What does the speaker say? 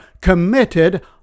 committed